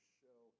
show